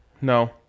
No